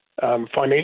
financial